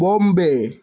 Bombay